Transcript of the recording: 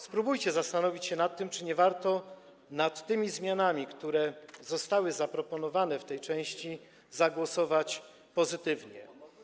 Spróbujcie zastanowić się nad tym, czy nie warto nad tymi zmianami, które zostały zaproponowane w tej części, zagłosować pozytywnie.